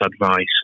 advice